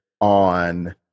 on